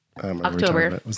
October